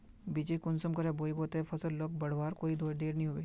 बिच्चिक कुंसम करे बोई बो ते फसल लोक बढ़वार कोई देर नी होबे?